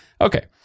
Okay